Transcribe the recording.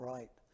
Right